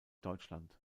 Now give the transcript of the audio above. deutschland